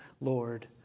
Lord